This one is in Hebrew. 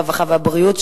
הרווחה והבריאות,